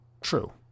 true